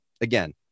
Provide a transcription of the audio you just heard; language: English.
Again